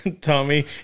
Tommy